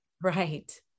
Right